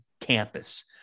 campus